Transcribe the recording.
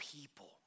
people